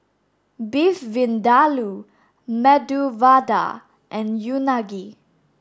beef vindaloo medu vada and unagi